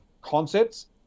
concepts